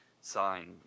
sign